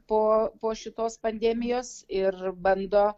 po po šitos pandemijos ir bando